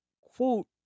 quote